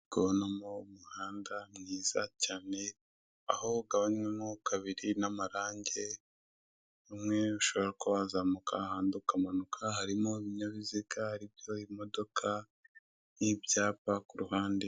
Ndikubonamo umuhanda mwiza cyane aho ugabanywemo kabiri n'amarange hamwe ushobora kuba wazamuka ahandi ukamanuka harimo ibinyabiziga aribyo imodoka n'ibyapa kuruhande.